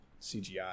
CGI